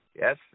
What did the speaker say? Yes